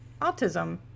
autism